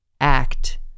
act